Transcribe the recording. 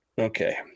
Okay